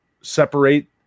separate